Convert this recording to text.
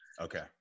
Okay